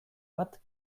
bat